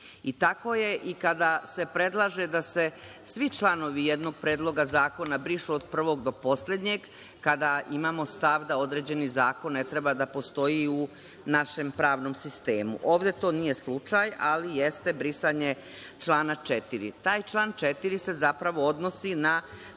i tako je i kada se predlaže da se svi članovi jednog Predloga zakona brišu od prvog do poslednjeg kada imamo stav da određeni zakon ne treba postoji u našem pravnom sistemu. Ovde to nije slučaj, ali jeste brisanje člana 4. Taj član 4. se zapravo odnosi na